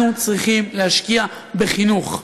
אנחנו צריכים להשקיע בחינוך,